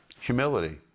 Humility